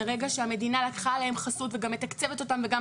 מרגע שהמדינה לקחה עליהם חסות וגם מתקצבת אותם וגם